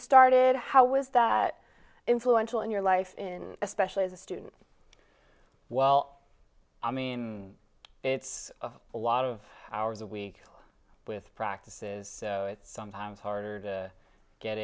started how was that influential in your life in especially as a student well i mean it's a lot of hours a week with practices it's sometimes hard to get